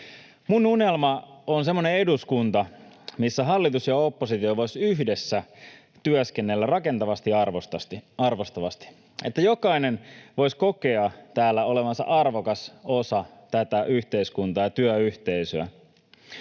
Minun unelmani on semmoinen eduskunta, missä hallitus ja oppositio voisivat yhdessä työskennellä rakentavasti ja arvostavasti, niin että jokainen voisi kokea täällä olevansa arvokas osa tätä yhteiskuntaa ja työyhteisöä